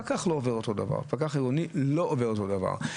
פקח עירוני לא עובר את אותו הדבר.